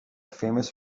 famous